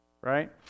right